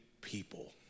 people